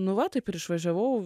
nu va taip ir išvažiavau